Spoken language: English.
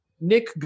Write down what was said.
Nick